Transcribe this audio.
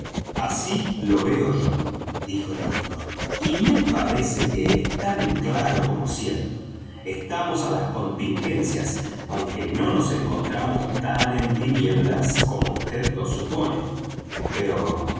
así lo veo yo dijo el doctor y me parece que es tan claro como cierto estamos á las contingencias aunque no nos encontramos tan en tinieblas como vd lo supone pero